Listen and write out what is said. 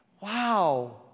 Wow